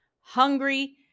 hungry